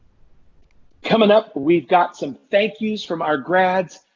coming up we got some thank yous from our grads,